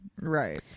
Right